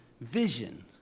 vision